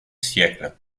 siècles